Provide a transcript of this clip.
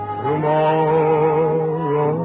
tomorrow